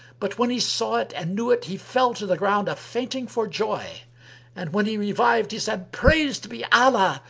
but when he saw it and knew it, he fell to the ground a-fainting for joy and, when he revived, he said, praised be allah!